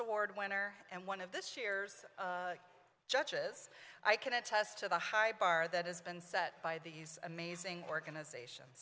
award winner and one of this year's judges i can attest to the high bar that has been set by these amazing organizations